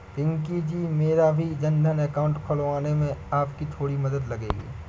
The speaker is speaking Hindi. पिंकी जी मेरा भी जनधन अकाउंट खुलवाने में आपकी थोड़ी मदद लगेगी